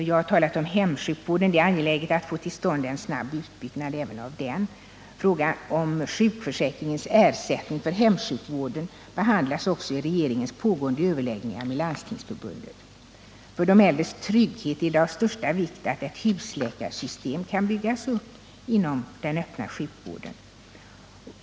Jag har här talat om hemsjukvården och framhållit att det är angeläget att få till stånd en snabb utbyggnad även av den. Frågan om sjukförsäkringens ersättning för hemsjukvård behandlas också i regeringens pågående överläggningar med Landstingsförbundet. För de äldres trygghet är det av största vikt att ett husläkarsystem kan byggas upp inom den öppna sjukvården.